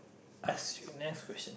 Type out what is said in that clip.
ask your next question